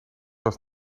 was